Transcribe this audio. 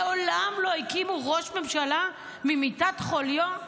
מעולם לא הקימו ראש ממשלה ממיטת חוליו?